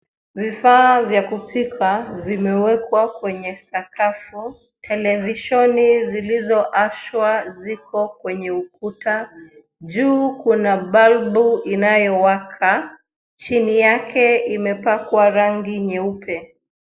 Viafaa cya kupika vimewekwa kwenye sakafu. Televisheni zilizowashwa ziko kwenye ukuta. Juu kuna bulb inayowaka. Chini yake imepakwa rangi nyeupe.